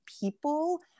people